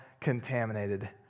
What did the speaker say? contaminated